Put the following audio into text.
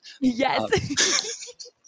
yes